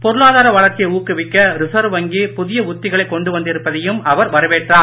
பொருளாதார வளர்ச்சியை ஊக்குவிக்க ரிசர்வ் வங்கி புதிய உத்திகளை கொண்டு வந்திருப்பதையும் அவர் வரவேற்றார்